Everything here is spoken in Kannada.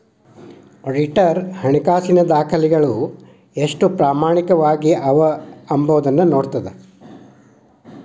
ಆಡಿಟರ್ ಹಣಕಾಸಿನ ದಾಖಲೆಗಳು ಎಷ್ಟು ಪ್ರಾಮಾಣಿಕವಾಗಿ ಅವ ಎಂಬೊದನ್ನ ನೋಡ್ತದ